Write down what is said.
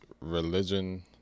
Religion